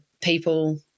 people